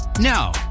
Now